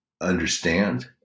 understand